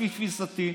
לפי תפיסתי,